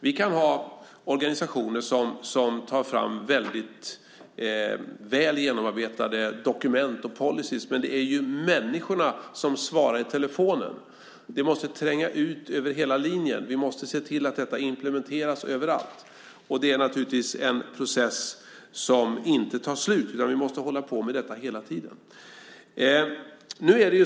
Vi kan ha organisationer som tar fram väldigt väl genomarbetade dokument och policyer, men det är ju människorna som svarar i telefonen. Det måste tränga ut över hela linjen. Vi måste se till att detta implementeras överallt. Det är naturligtvis en process som inte tar slut, utan vi måste hålla på med detta hela tiden.